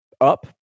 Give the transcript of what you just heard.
up